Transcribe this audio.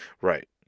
Right